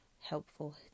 helpful